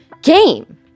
game